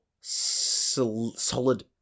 solid